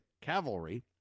Cavalry